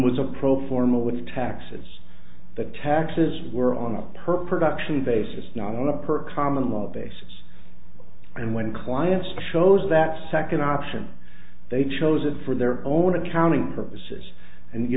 was a pro forma with taxes that taxes were on a per production basis not on a per common law basis and when clients shows that second option they chose it for their own accounting purposes and you